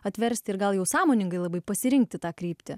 atversti ir gal jau sąmoningai labai pasirinkti tą kryptį